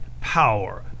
power